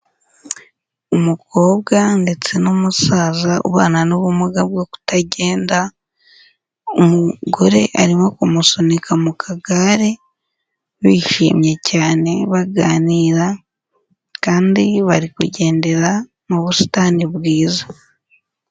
Umukobwa ndetse n'umusaza ubana n'ubumuga bwo kutagenda, umugore arimo kumusunika mu kagare, bishimye cyane, baganira kandi barikugendera mu busitani bwiza.